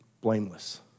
blameless